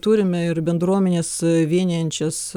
turime ir bendruomenes vienijančias